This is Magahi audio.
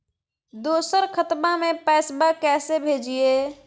दोसर खतबा में पैसबा कैसे भेजिए?